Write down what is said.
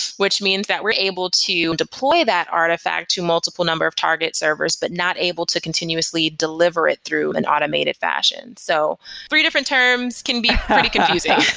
which means that we're able to deploy that artifact to multiple number of target servers, but not able to continuously deliver it through an automated fashion. so three different terms can be pretty confusing